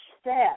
step